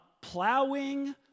plowing